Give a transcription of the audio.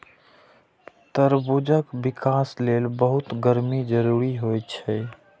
तरबूजक विकास लेल बहुत गर्मी जरूरी होइ छै